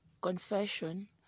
Confession